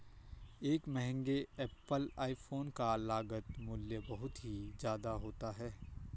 एक महंगे Apple iPhone का लागत मूल्य बहुत ही ज्यादा होता है